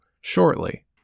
shortly